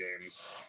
games